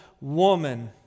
woman